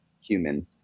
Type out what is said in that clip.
human